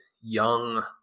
young